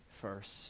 first